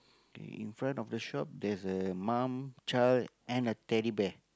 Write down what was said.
K in front of the shop there's a mum child and a Teddy Bear